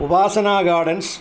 Upasana gardens